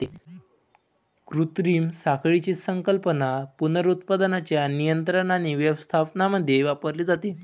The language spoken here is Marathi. कृत्रिम साखळीची संकल्पना पुनरुत्पादनाच्या नियंत्रण आणि व्यवस्थापनामध्ये वापरली जाते